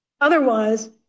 Otherwise